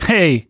Hey